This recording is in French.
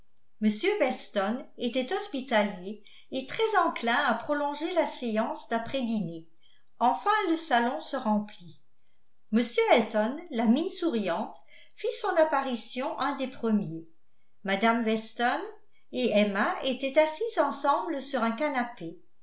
m weston était hospitalier et très enclin à prolonger la séance d'après dîner enfin le salon se remplit m elton la mine souriante fit son apparition un des premiers mme weston et emma étaient assises ensemble sur un canapé